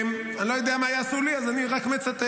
אני לא יודע מה יעשו לי, אז אני רק מצטט.